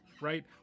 right